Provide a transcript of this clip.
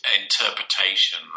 interpretation